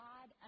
God